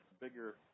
bigger